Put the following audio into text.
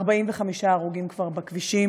כבר 45 הרוגים בכבישים.